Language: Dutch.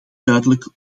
duidelijk